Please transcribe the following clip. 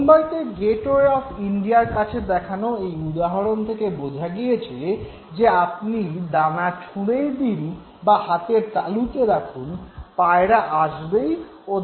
মুম্বাইতে gateway of ইন্ডিয়ার কাছে দেখানো এই উদাহরণ থেকে বোঝা গিয়েছে যে আপনি দানা ছুঁড়েই দিন বা হাতের তালুতে রাখুন পায়রা আসবেই ও দানা ভক্ষণ করবেই